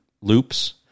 loops